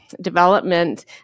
development